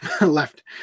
left